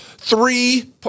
Three